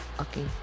Okay